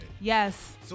Yes